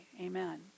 Amen